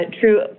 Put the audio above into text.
true